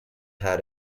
had